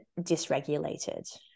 dysregulated